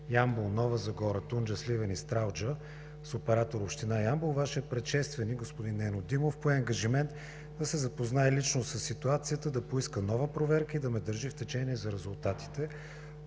Ямбол, Нова Загора, Тунджа, Сливен и Стралджа с оператор – Община Ямбол, Вашият предшественик – господин Нено Димов, пое ангажимент да се запознае лично със ситуацията, да поиска нова проверка и да ме държи в течение за резултатите.